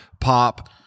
pop